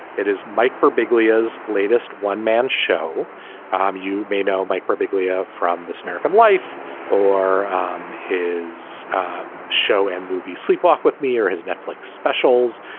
it is mike birbiglia whose latest one man show um you may know mike birbiglia from this american life or his show and movie sleepwalk with me or has netflix specials.